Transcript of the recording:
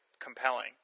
compelling